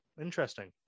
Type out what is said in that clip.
Interesting